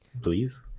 Please